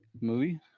movie